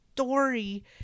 story